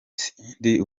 sindi